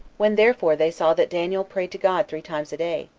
when therefore they saw that daniel prayed to god three times a day,